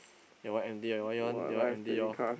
your one empty lor your your one your one empty lor